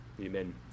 Amen